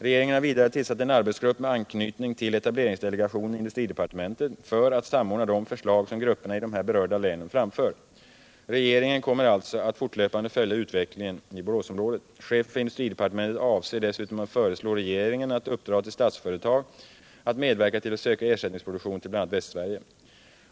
Regeringen har vidare tillsatt en arbetsgrupp, med anknytning till etableringsdelegationen i industridepartementet, för att samordna de förslag som grupperna i de berörda länen framför. Regeringen kommer alltså att fortlöpande följa utvecklingen i Boråsområdet. Chefen för industridepartementet avser dessutom att föreslå regeringen att uppdra åt Statsföretag att medverka till att söka ersättningsproduktion till bl.a. Västsverige.